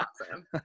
awesome